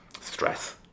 stress